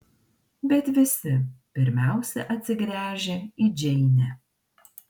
bet visi pirmiausia atsigręžia į džeinę